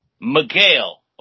miguel